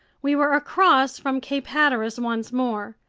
we were across from cape hatteras once more.